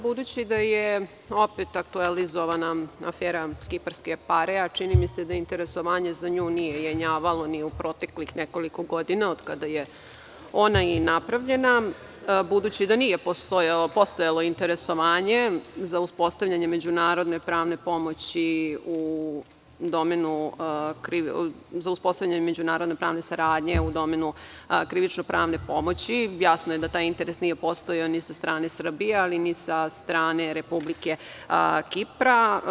Budući da je opet aktuelizovana afera „kiparske pare“, a čini mi se da interesovanje za nju nije jenjavalo ni u proteklih nekoliko godina od kada je ona i napravljena, budući da nije postojalo interesovanje za uspostavljanje međunarodne pravne pomoći u domenu krivično-pravne pomoći, jasno je da taj interes nije postojao ni sa strane Srbije, ali ni sa strane Republike Kipra.